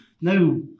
Now